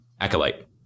Acolyte